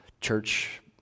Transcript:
church